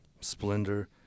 splendor